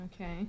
Okay